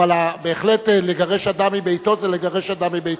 אבל בהחלט לגרש אדם מביתו זה לגרש אדם מביתו.